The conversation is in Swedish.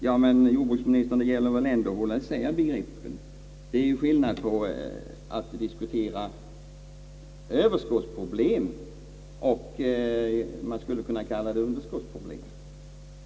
Men, herr jordbruksminister, det gäller ändå att hålla isär begreppen. Det är skillnad mellan en diskussion om överskottsproblem och vad man skulle kunna kalla underskottsproblem.